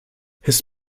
his